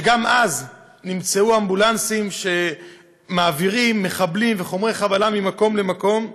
שגם אז נמצאו אמבולנסים שמעבירים מחבלים וחומרי חבלה ממקום למקום.